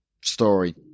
story